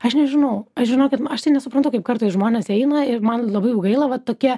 aš nežinau aš žinokit aš tai nesuprantu kaip kartais žmonės eina ir man labai jų gaila va tokie